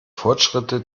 fortschritte